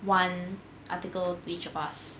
one article to each of us